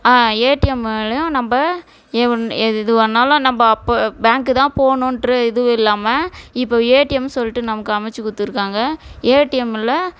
ஏடிஎம்லையும் நம்ப எதுவானாலும் நம்ப அப்போ பேங்க்கு தான் போகணுன்ட்டு இது இல்லாமல் இப்போ ஏடிஎம் சொல்லிட்டு நமக்கு அமைச்சி கொடுத்துருக்காங்க ஏடிஎமில்